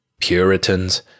Puritans